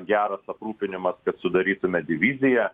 geras aprūpinimas kad sudarytume diviziją